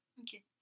Okay